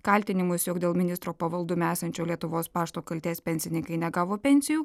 kaltinimus jog dėl ministro pavaldume esančio lietuvos pašto kaltės pensininkai negavo pensijų